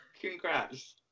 congrats